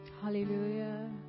Hallelujah